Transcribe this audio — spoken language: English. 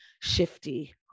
shifty